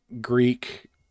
Greek